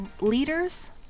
leaders